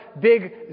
big